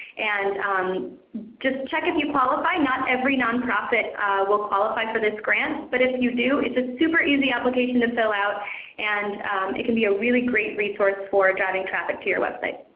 and um just check if you qualify. not every nonprofit will qualify for this grant. but if you do, it's a super easy application to fill out and it can be a really great resource for driving traffic to your website.